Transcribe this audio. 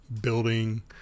building